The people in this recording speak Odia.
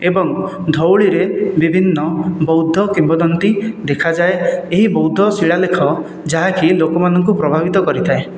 ଏବଂ ଧଉଳିରେ ବିଭିନ୍ନ ବୌଦ୍ଧ କିମ୍ବଦନ୍ତୀ ଦେଖାଯାଏ ଏହି ବୌଦ୍ଧ ଶିଳାଲେଖ ଯାହାକି ଲୋକମାନଙ୍କୁ ପ୍ରଭାବିତ କରିଥାଏ